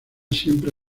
siempre